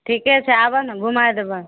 ठीके छै आबऽ ने घुमाय देब